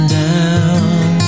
down